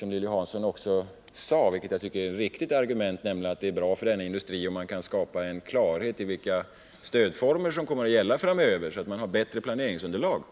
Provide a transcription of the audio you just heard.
Lilly Hansson anförde ett som jag tycker riktigt argument, nämligen att det är bra för en industri om man kan skapa klarhet om vilka stödformer som kommer att gälla framöver. Industrin får då ett bättre planeringsunderlag.